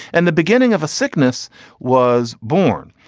and the beginning of a sickness was born.